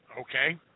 okay